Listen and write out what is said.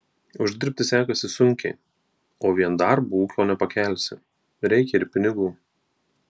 uždirbti sekasi sunkiai o vien darbu ūkio nepakelsi reikia ir pinigų